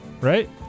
Right